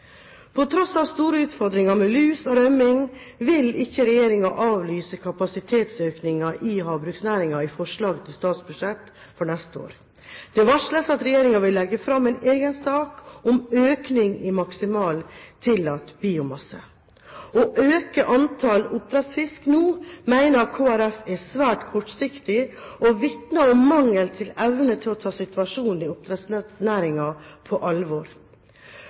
På tross av store utfordringer med lus og rømming vil ikke regjeringen avlyse kapasitetsøkningen i havbruksnæringen i forslag til statsbudsjett for neste år. Det varsles at regjeringen vil legge fram en egen sak om økning i maksimalt tillatt biomasse. Å øke antall oppdrettsfisk nå mener Kristelig Folkeparti er svært kortsiktig og vitner om mangelfull evne til å ta situasjonen i oppdrettsnæringen på alvor.